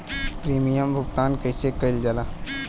Premium भुगतान कइसे कइल जाला?